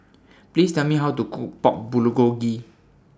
Please Tell Me How to Cook Pork Bulgogi